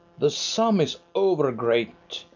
the sum is over-great!